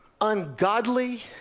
ungodly